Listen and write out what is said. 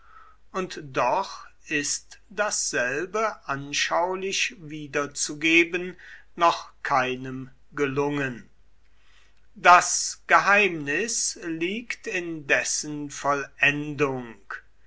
und doch ist dasselbe anschaulich wiederzugeben noch keinem gelungen das geheimnis liegt in dessen vollendung